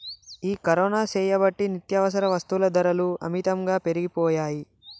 ఈ కరోనా సేయబట్టి నిత్యావసర వస్తుల ధరలు అమితంగా పెరిగిపోయాయి